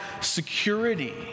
security